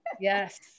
Yes